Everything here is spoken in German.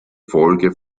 folge